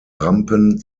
rampen